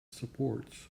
supports